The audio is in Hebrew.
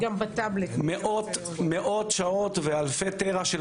מאות שעות ואלפי טרה של